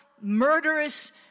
murderous